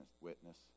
witness